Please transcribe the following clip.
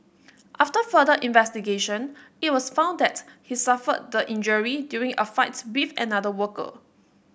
after further investigation it was found that he suffered the injury during a fight with another worker